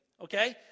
okay